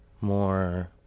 more